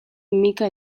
micka